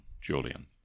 Julian